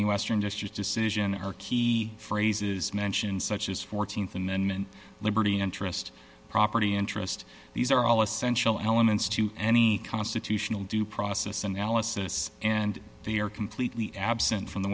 the western district decision or key phrases mention such as th amendment liberty interest property interest these are all essential elements to any constitutional due process analysis and they are completely absent from the